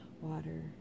water